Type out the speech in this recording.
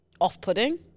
Off-putting